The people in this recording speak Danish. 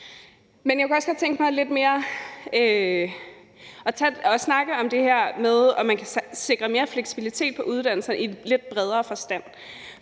Men jeg kunne også godt tænke mig at snakke om det her med, om man kan sikre mere fleksibilitet på uddannelserne i lidt bredere forstand.